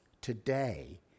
today